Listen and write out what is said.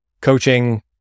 coaching